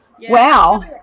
wow